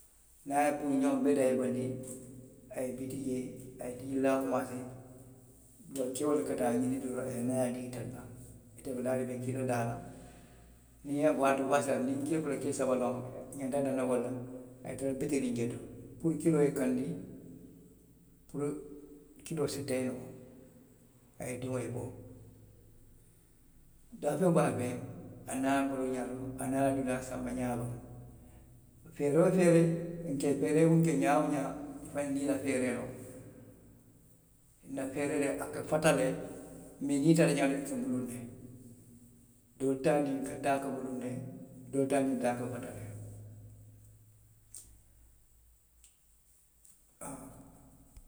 Niŋ a ye wo ňeŋo dadaa i ye i bandii. i ye biti jee. a ye kili laa kumaasee. keo le ka taa ňinindiroo la, a ye naa a ye a dii itelu la. Itelu be laariŋ ne, ke kiloo laa doroŋ. kili fula, kili saba, i ka wo le laa. i ňanta danna wo le la. A ye tara bitiriŋ jee to, puru kiloo ye kandi, puru kiloo si tee noo. A ye diŋo ye bo. Daafeŋ daafeŋ. aniŋ a baluu ňaa loŋ. aniŋ a dulaa sanba ňaa loŋ. feeree feeree nke feeree munna ňaa woo ňaa, i fanaŋ niŋ i la feeree loŋ. nna feere, a ka fata le. mee niŋ i taata ňaati, i ka muluŋ ne. Doolu taa ka muluŋ ne. dollu taa niŋ ňiŋ doolu ka fata le. haa.